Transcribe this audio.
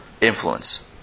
influence